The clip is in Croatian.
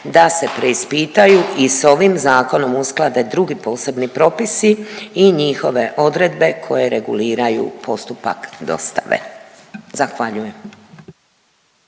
da se preispitaju i s ovim zakonom usklade drugi posebni propisi i njihove odredbe koje reguliraju postupak dostave. Zahvaljujem.